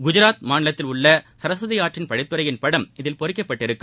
குஜராத் மாநிலத்தில் உள்ள சரஸ்வதி ஆற்றின் படித்துரையின் படம் இதில் பொறிக்கப்பட்டிருக்கும்